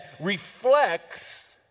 reflects